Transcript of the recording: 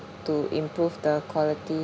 to improve the quality